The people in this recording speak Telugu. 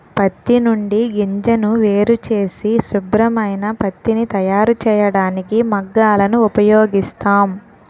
పత్తి నుండి గింజను వేరుచేసి శుభ్రమైన పత్తిని తయారుచేయడానికి మగ్గాలను ఉపయోగిస్తాం